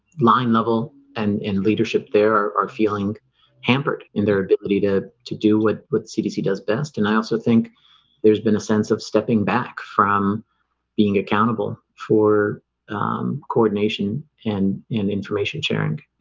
line level and and leadership. there are feeling hampered in their ability to to do what what cdc does best and i also think there's been a sense of stepping back from being accountable for um coordination and and information sharing, ah